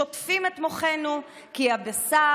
שוטפים את מוחנו שהבשר,